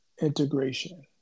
integration